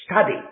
Study